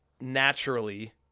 naturally